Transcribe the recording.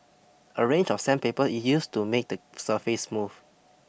a range of sandpaper is used to make the surface smooth